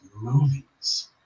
movies